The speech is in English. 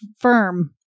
Firm